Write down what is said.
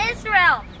Israel